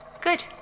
Good